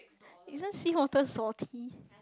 isn't sea water salty